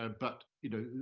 ah but you know,